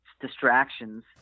distractions